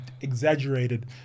exaggerated